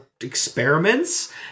experiments